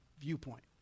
viewpoint